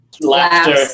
laughter